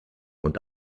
und